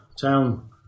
Town